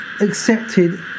accepted